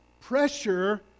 pressure